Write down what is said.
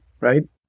right